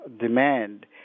demand